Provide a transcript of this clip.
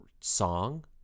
song